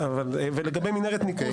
ולגבי מנהרת ניקוז,